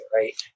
right